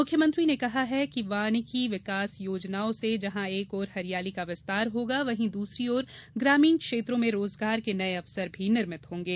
मुख्यमंत्री ने कहा कि वानिकी विकास योजनाओं से जहाँ एक ओर हरियाली का विस्तार होगा वहीं दूसरी ओर ग्रामीण क्षेत्रों में रोजगार के नये अवसर भी निर्मित होंगे